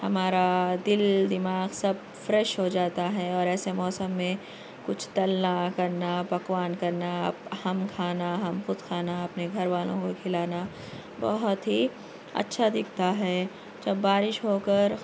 ہمارا دل دماغ سب فریش ہو جاتا ہے اور ایسے موسم میں کچھ تلنا کرنا پکوان کرنا ہم کھانا ہم خود کھانا اپنے گھر والوں کو کھلانا بہت ہی اچھا دکھتا ہے جب بارش ہو کر